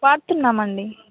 వాడుతున్నామండి